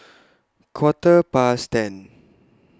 Quarter Past ten